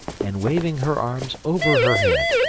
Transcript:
and waving her arms over her head,